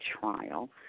trial